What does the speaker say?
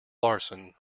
larsen